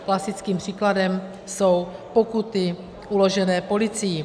Klasickým příkladem jsou pokuty uložené policií.